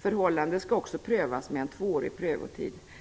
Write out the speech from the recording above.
Förhållandet skall också prövas med en tvåårig prövotid.